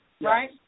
right